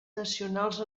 nacionals